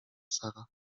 sara